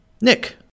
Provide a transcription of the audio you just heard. Nick